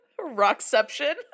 Rockception